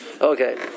Okay